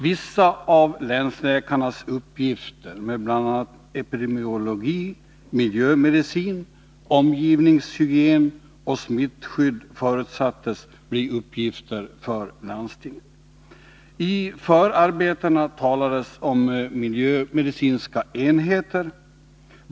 Vissa av länsläkarnas uppgifter med bl.a. epidemiologi, miljömedicin, omgivningshygien och smittskydd förutsattes bli uppgifter för landstingen. I förarbetena talades om miljömedicinska enheter.